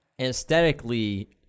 Aesthetically